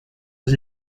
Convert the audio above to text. was